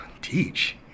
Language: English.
teach